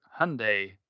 Hyundai